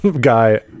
guy